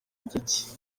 gicye